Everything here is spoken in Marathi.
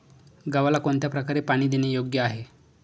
गव्हाला कोणत्या प्रकारे पाणी देणे योग्य आहे?